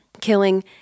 killing